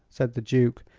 said the duke,